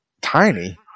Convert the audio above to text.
tiny